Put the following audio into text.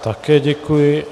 Také děkuji.